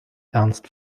ernst